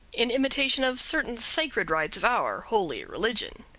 in imitation of certain sacred rites of our holy religion.